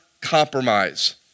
compromise